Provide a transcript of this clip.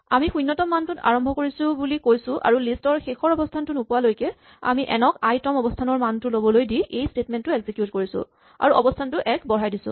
আমি শূণ্যতম মানটোত আৰম্ভ কৰিছো বুলি কৈছো আৰু লিষ্ট ৰ শেষৰ অৱস্হানটো নোপোৱালৈকে আমি এন ক আই তম অৱস্হানৰ মানটো ল'বলৈ দি এই স্টেটমেন্ট টো এক্সিকিউট কৰিছো আৰু অৱস্হানটো এক বঢ়াই দিছো